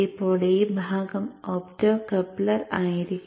ഇപ്പോൾ ഈ ഭാഗം ഒപ്റ്റോകപ്ലർ ആയിരിക്കും